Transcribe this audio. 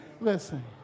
Listen